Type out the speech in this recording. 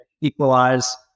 equalize